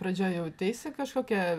pradžioj jauteisi kažkokia